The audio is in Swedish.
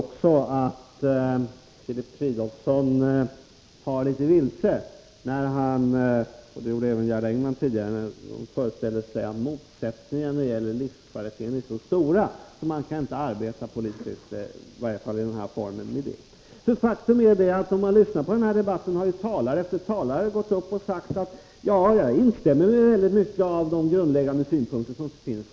Om man har lyssnat på denna debatt, har man hört talare efter talare förklara att de instämmer i väldigt många av de grundläggande synpunkterna i motionen.